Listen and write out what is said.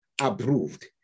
approved